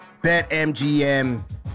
BetMGM